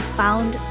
found